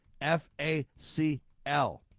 FACL